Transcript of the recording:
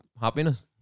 happiness